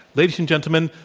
ladies and gentlemen,